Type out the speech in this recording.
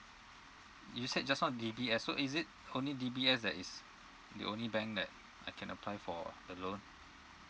you said just now D_B_S so is it only D_B_S that is the only bank that I can apply for the loan